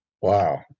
Wow